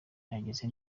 yahagaze